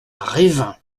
revin